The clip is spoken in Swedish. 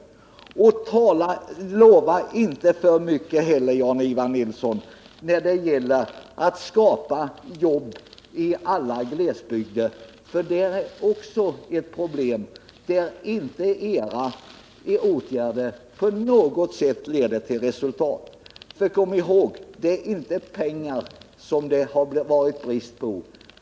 Och lova inte heller för mycket, Jan-Ivan Nilsson, när det gäller att skapa jobb i alla glesbygder, för i det fallet finns det också ett problem där inte era åtgärder på något sätt leder till resultat. Kom ihåg: Det är inte pengar som det har varit brist på.